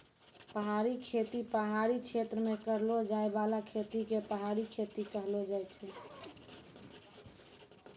पहाड़ी खेती पहाड़ी क्षेत्र मे करलो जाय बाला खेती के पहाड़ी खेती कहलो जाय छै